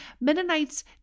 Mennonites